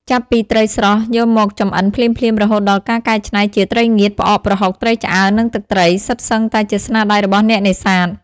ចាប់ពីត្រីស្រស់យកមកចម្អិនភ្លាមៗ រហូតដល់ការកែច្នៃជាត្រីងៀត ផ្អក ប្រហុក ត្រីឆ្អើរ និងទឹកត្រី សុទ្ធសឹងតែជាស្នាដៃរបស់អ្នកនេសាទ។